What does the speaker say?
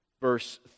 verse